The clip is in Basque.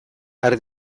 har